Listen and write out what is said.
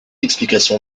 explication